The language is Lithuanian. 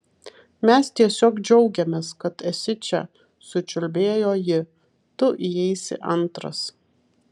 mes tiesiog džiaugiamės kad esi čia sučiulbėjo ji tu įeisi antras